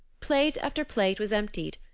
plate after plate was emptied,